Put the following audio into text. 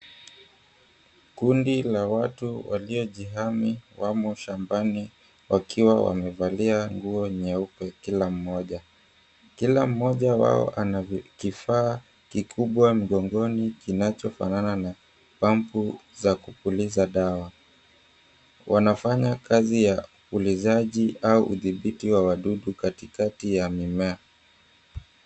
Kundi la watu waliojihami wamo shambani wakiwa wamevalia nguo nyeupe kula mmoja. Kila mmoja wao anakifaa kikubwa mgongoni kinachofanana na pump za kupuliza dawa, wanafanya kazi ya upulizaji au udhibiti wa wadudu katikati wa mimea.